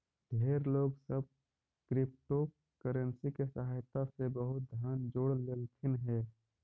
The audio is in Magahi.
ढेर लोग सब क्रिप्टोकरेंसी के सहायता से बहुत धन जोड़ लेलथिन हे